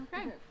Okay